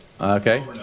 Okay